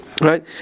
Right